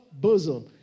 bosom